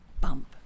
bump